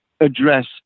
address